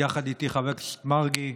יחד איתי חברי הכנסת מרגי,